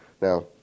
Now